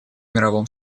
мировом